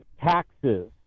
taxes